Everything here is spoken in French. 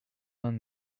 vingt